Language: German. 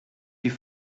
die